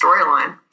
storyline